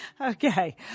Okay